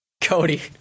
Cody